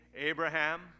Abraham